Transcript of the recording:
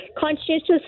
conscientious